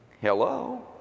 hello